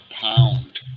pound